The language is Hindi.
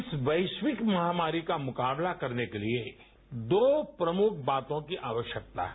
इस वैश्विक महामारी का मुकाबला करने के लिये दो प्रमुख बातों की आवश्यक्ता है